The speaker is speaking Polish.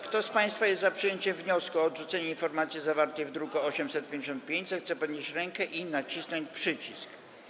Kto z państwa jest za przyjęciem wniosku o odrzucenie informacji zawartej w druku nr 855, zechce podnieść rękę i nacisnąć przycisk.